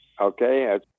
Okay